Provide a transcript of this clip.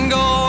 go